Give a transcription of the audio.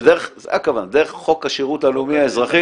זאת הכוונה, דרך חוק השירות הלאומי-האזרחי.